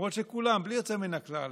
למרות שכולם, בלי יוצא מן הכלל,